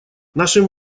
нашим